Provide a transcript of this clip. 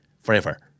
forever